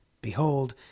Behold